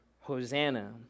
Hosanna